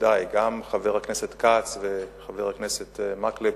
ידידי חבר הכנסת כץ וחבר הכנסת מקלב,